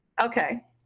Okay